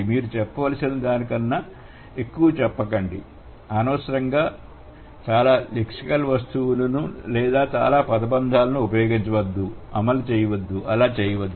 మీరు చెప్పవలసి దానికన్నా ఎక్కువ చెప్పకండి అనవసరంగా చాలా లెక్సికల్ వస్తువులను లేదా చాలా పదబంధాలను ఉపయోగించవద్దు అమలు చేయవద్దు అలా చేయవద్దు